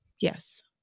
Yes